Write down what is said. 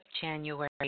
January